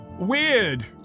Weird